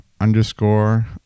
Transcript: underscore